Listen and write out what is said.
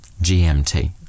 GMT